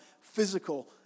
physical